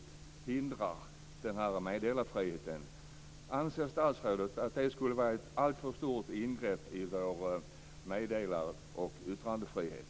Det innebär att man bara tillfälligt hindrar meddelarfriheten. Anser statsrådet att det skulle vara ett alltför stort ingrepp i vår meddelar och yttrandefrihet?